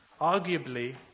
Arguably